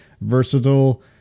versatile